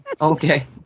Okay